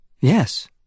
yes